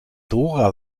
dora